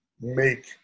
make